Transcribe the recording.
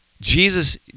Jesus